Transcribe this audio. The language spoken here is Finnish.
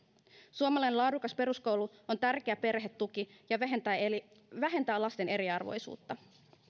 suomalainen laadukas peruskoulu on tärkeä perhetuki ja vähentää lasten eriarvoisuutta